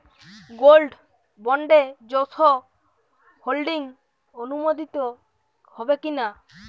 Gold বন্ডে যৌথ holding অনুমোদিত হবে কিনা?